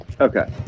Okay